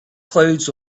clouds